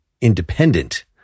independent